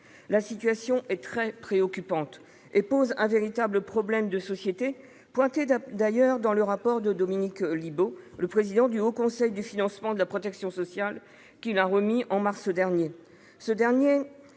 La situation est très préoccupante et pose un véritable problème de société, pointé d'ailleurs dans le rapport de Dominique Libault, président du Haut Conseil du financement de la protection sociale, remis en mars dernier.